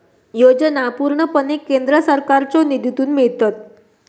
योजना पूर्णपणे केंद्र सरकारच्यो निधीतून मिळतत